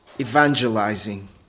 evangelizing